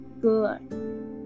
Good